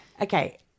Okay